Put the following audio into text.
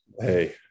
Hey